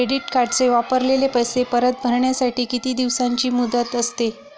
Credit कार्डचे वापरलेले पैसे परत भरण्यासाठी किती दिवसांची मुदत असते?